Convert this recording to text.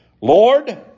Lord